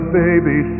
baby